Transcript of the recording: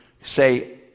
say